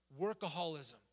workaholism